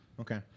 Okay